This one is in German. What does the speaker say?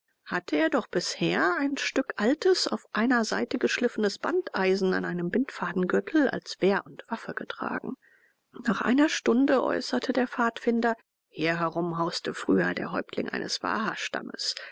hatte er doch bisher ein stück altes auf einer seite geschliffenes bandeisen an einem bindfadengürtel als wehr und waffe getragen nach einer stunde äußerte der pfadfinder hier herum hauste früher der häuptling eines